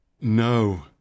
No